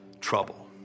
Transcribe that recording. trouble